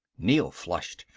neel flushed.